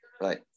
right